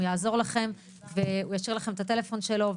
הוא יעזור לכם והוא ישאיר לכם את הטלפון שלו.